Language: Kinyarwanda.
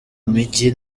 mijyi